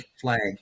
flag